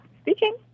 Speaking